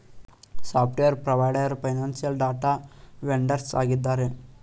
software provider, financial data vendors ಆಗಿದ್ದಾರೆ